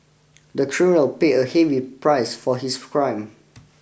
the criminal paid a heavy price for his crime